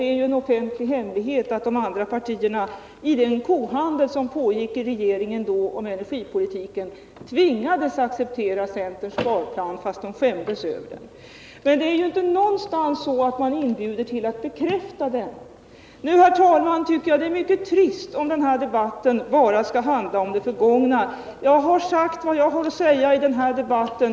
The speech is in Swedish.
Det är ju en offentlig hemlighet att de andra borgerliga partierna vid den kohandel om energipolitiken som då pågick i regeringen tvingades att acceptera centerns sparplan, fastän de skämdes över den. De förslag vi nu behandlar är ju inte någonstans så utformade att vi inbjuds till att bekräfta centerns sparplan och trepartiregeringens proposition. Nu, herr talman, tycker jag att det är mycket trist om den här debatten bara skall handla om det förgångna. Jag har nu redovisat vår inställning, och sagt vad jag har att säga i den här debatten.